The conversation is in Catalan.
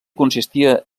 consistia